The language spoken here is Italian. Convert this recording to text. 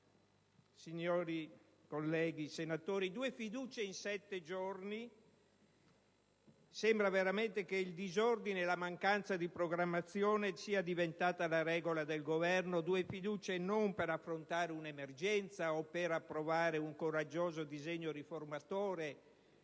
signori colleghi senatori, due fiducie in sette giorni! Sembra veramente che il disordine e la mancanza di programmazione sia diventata la regola del Governo. Due fiducie, non per affrontare un'emergenza o per approvare un coraggioso disegno riformatore,